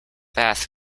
bath